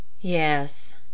Yes